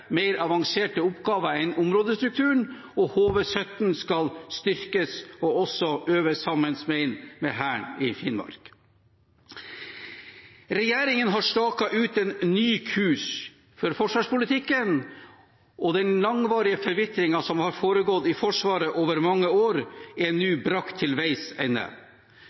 mer avanserte oppgaver enn områdestrukturen, og HV-17 skal styrkes og også øve mer sammen med Hæren i Finnmark. Regjeringen har staket ut en ny kurs for forsvarspolitikken, og den langvarige forvitringen som har foregått i Forsvaret over mange år, er nå brakt til veis ende.